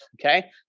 okay